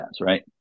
right